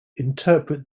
interpret